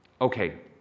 Okay